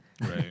Right